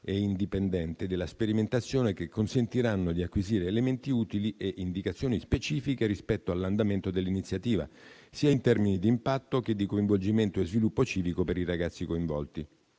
e indipendente della sperimentazione, che consentiranno di acquisire elementi utili e indicazioni specifiche rispetto all'andamento dell'iniziativa, in termini sia di impatto che di coinvolgimento e sviluppo civico per i ragazzi coinvolti.